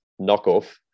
knockoff